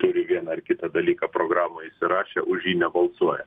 turi vieną ar kitą dalyką programoj įsirašę už jį nebalsuoja